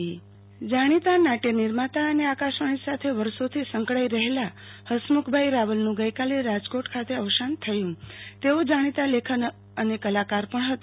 આરતી ભક્ટ હસમુખભાઈ રાવલનું અવસાન જાણિતા નાટ્ય નિર્માતા અને આકાશવાણી સાથે વર્ષોથી સંકળાયેલા હસમુખભાઈ રાવલનું ગઈકાલે રાજકોટ ખાતે અવસાન થયું તેઓ જાણીતા લેખક અને કલાકાર પણ હતા